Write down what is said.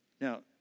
Now